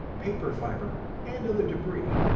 paper fiber, and other debris.